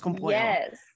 yes